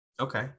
Okay